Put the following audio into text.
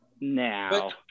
Now